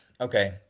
okay